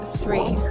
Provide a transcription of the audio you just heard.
three